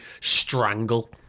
strangle